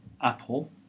apple